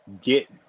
get